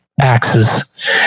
axes